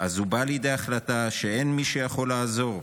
--- אז הוא בא לידי החלטה שאין מי שיכול לעזור,